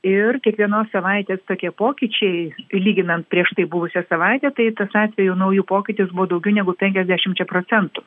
ir kiekvienos savaitės tokie pokyčiai lyginant prieš tai buvusią savaitę tai tas atvejų naujų pokytis buvo daugiau negu penkiasdešimčia procentų